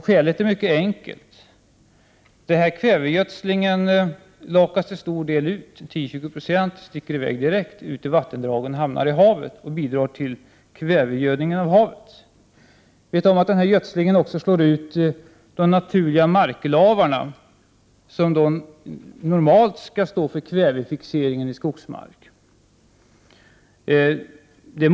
Skälet är helt enkelt att kvävet till stor del lakas ut. 10-20 96 försvinner direkt ut i vattendragen och hamnar sedan i havet. Således ökar kvävegödningen av havet. Kvävegödslingen bidrar också till en utslagning av de naturliga marklavarna som normalt skall stå för kvävefixeringen i skogsmarker.